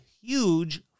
huge